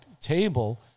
table